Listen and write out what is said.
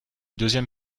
deuxième